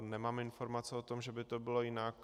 Nemám informace o tom, že by to bylo jinak.